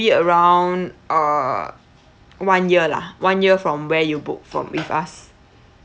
around uh one year lah one year from where you book from with us